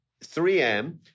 3M